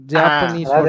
Japanese